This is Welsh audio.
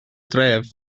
dref